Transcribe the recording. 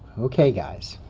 okay guys.